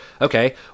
Okay